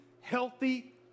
healthy